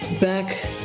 back